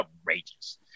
outrageous